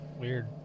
Weird